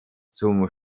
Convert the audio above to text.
zum